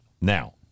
Now